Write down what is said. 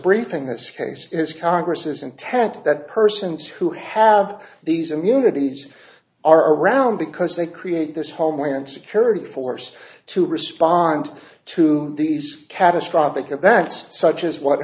briefing this case is congress's intent that persons who have these immunities are around because they create this homeland security force to respond to these catastrophic events such as what